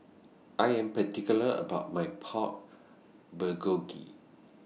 I Am particular about My Pork Bulgogi